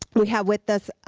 we have with us